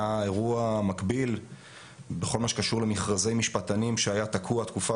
היה אירוע מקביל בכל מה שקשור למכרזי משפטנים שהיה תקוע תקופה